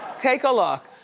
take a look.